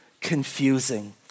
confusing